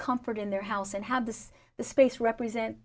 comfort in their house and have this the space represent